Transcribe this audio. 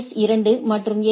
S 2 மற்றும் எ